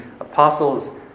apostles